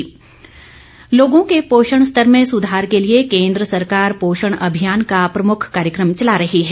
पोषण अभियान लोगों के पोषण स्तर में सुधार के लिए केन्द्र सरकार पोषण अभियान का प्रमुख कार्यक्रम चला रही है